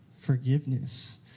forgiveness